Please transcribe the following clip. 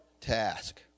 task